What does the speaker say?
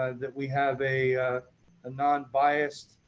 that we have a ah nonbiased